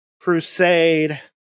Crusade